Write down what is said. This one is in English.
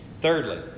Thirdly